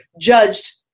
judged